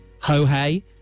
Ho-Hey